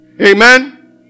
Amen